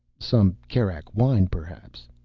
some kerak wine, perhaps?